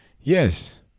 Yes